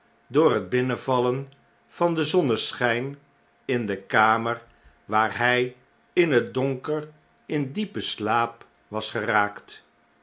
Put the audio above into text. door het binnenvallen van den zonneschyn in de kamer waar hy in het donker in diepen slaap was geraakt